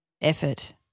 effort